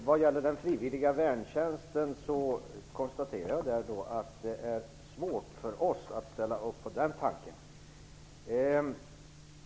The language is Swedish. Fru talman! Det är svårt för oss att ställa upp på tanken om den frivilliga värntjänsten.